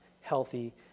healthy